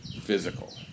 physical